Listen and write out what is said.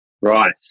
Right